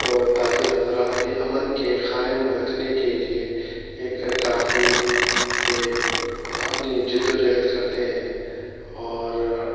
تو تاجر حضرات بھی امن کے قائم رکھنے کے لیے ایک کافی اپنی جد و جہد کرتے ہیں اور